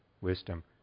wisdom